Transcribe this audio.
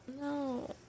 No